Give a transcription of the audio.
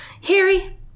Harry